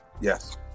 Yes